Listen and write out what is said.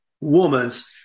woman's